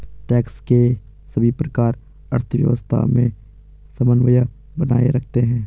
tax के सभी प्रकार अर्थव्यवस्था में समन्वय बनाए रखते हैं